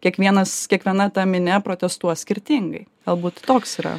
kiekvienas kiekviena ta minia protestuos skirtingai galbūt toks yra